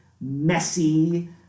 messy